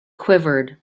quivered